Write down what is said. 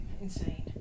Insane